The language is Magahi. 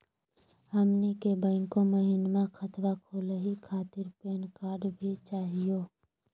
हमनी के बैंको महिना खतवा खोलही खातीर पैन कार्ड भी चाहियो?